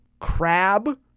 Crab